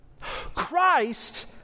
Christ